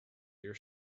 your